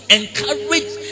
encourage